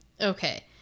Okay